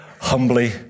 humbly